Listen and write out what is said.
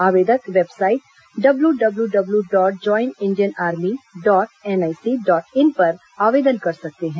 आवेदक website W W W dot join Indian army dot NIC dot in पर आवेदन कर सकते हैं